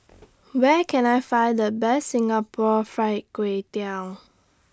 Where Can I Find The Best Singapore Fried Kway Tiao